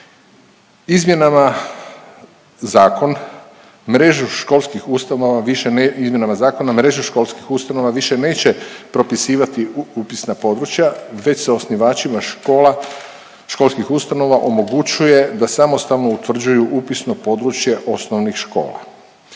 izmjenama zakona mreže školskih ustanova više neće propisivati upisna područja već se osnivačima školskih ustanova omogućuje da samostalno utvrđuju upisno područje osnovnih škola.